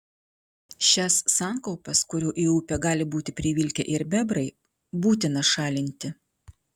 šias sankaupas kurių į upę gali būti privilkę ir bebrai būtina šalinti